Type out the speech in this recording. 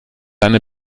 eine